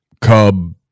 Cub